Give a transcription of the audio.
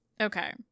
okay